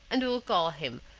and we will call him,